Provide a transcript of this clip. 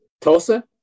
Tulsa